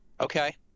Okay